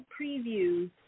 previews